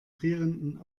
frierenden